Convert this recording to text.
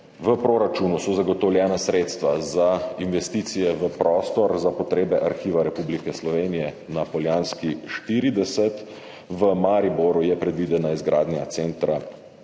V proračunu so zagotovljena sredstva za investicije v prostor za potrebe Arhiva Republike Slovenije na Poljanski 40, v Mariboru je predvidena izgradnja Centra Rotovž,